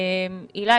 הילה,